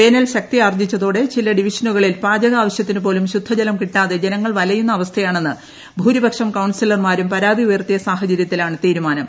വേനൽ ശക്തിയാർജ്ജിച്ചതോടെ ചില ഡിവിഷനുകളിൽ പാചകവശ്യത്തിന് പോലും ശുദ്ധജലം കിട്ടാതെ ജനങ്ങൾ വലയുന്ന അവസ്ഥയാണെന്ന് ഭൂരിപക്ഷം കൌൺസിലർമാരും ഉയർത്തിയ പരാതി സാഹചരൃത്തിലാണ് തീരുമാനം